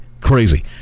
Crazy